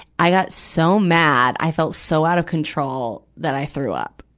i got so mad, i felt so out of control, that i threw up.